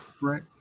right